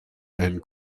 and